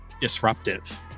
disruptive